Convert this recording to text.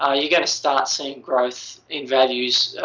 ah you're going to start seeing growth in values.